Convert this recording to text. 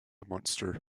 monster